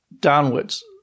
downwards